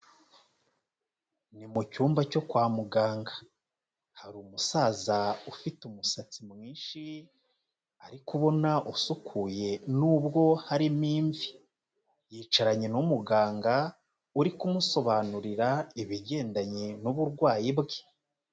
Ni mu cyumba cyo kwa muganga, hari umusaza ufite umusatsi mwinshi ariko ubona usukuye nubwo harimo imvi, yicaranye n'umuganga uri kumusobanurira ibigendanye n'uburwayi bwe.